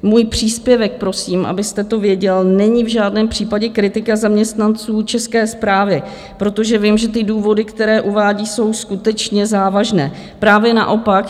Můj příspěvek, prosím, abyste to věděl, není v žádném případě kritika zaměstnanců České správy, protože vím, že ty důvody, které uvádí, jsou skutečně závažné, právě naopak.